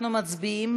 אנחנו מצביעים.